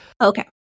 Okay